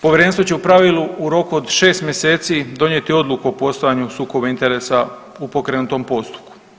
Povjerenstvo će u pravilu u roku od 6 mjeseci donijeti odluku o postojanju sukoba interesa u pokrenutom postupku.